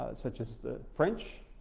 ah such as the french,